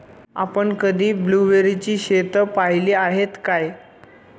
आपण कधी ब्लुबेरीची शेतं पाहीली आहेत काय?